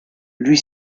lui